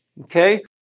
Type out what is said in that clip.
Okay